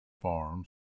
farms